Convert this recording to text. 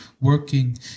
working